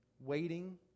waiting